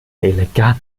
elegant